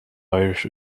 irish